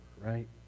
right